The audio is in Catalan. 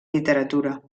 literatura